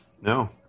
No